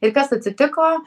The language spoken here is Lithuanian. ir kas atsitiko